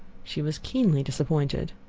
she was keenly disappointed.